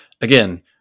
again